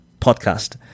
podcast